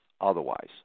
otherwise